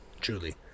truly